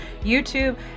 youtube